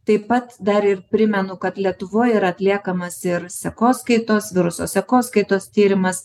taip pat dar ir primenu kad lietuvoj yra atliekamas ir sekoskaitos viruso sekoskaitos tyrimas